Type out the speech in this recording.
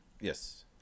Yes